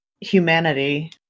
humanity